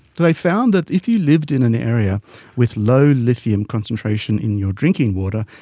they found that if you lived in an area with low lithium concentration in your drinking water,